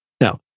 Now